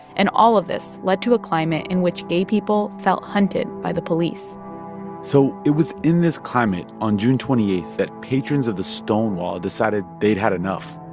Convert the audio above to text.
and all of this led to a climate in which gay people felt hunted by the police so it was in this climate on june twenty eight that patrons of the stonewall decided they'd had enough.